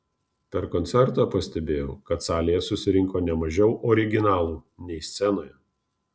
per koncertą pastebėjau kad salėje susirinko ne mažiau originalų nei scenoje